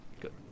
Good